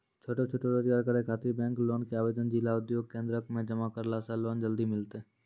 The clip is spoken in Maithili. छोटो छोटो रोजगार करै ख़ातिर बैंक लोन के आवेदन जिला उद्योग केन्द्रऽक मे जमा करला से लोन जल्दी मिलतै?